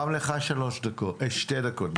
כפי שצוין פה,